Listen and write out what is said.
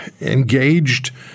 engaged